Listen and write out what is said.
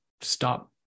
stop